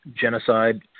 genocide